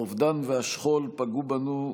האובדן והשכול פגעו בנו,